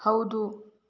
ಹೌದು